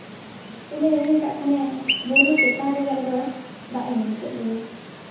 ᱫᱚᱢᱮ ᱨᱤᱢᱤᱞ ᱠᱟᱜ ᱠᱷᱟᱱᱮ ᱵᱩᱨᱩ ᱪᱮᱛᱟᱱ ᱨᱮᱜᱮ ᱟᱞᱮ ᱫᱚ ᱫᱟᱜ ᱮ ᱧᱟᱢ ᱠᱮᱜ ᱞᱮᱭᱟ